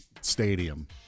stadium